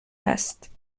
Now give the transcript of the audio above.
هست